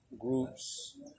groups